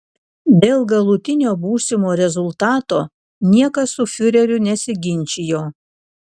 dėl galutinio būsimo rezultato niekas su fiureriu nesiginčijo